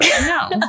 No